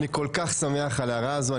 אני כל כך שמח על ההערה הזו.